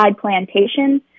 Plantation